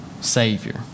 Savior